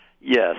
Yes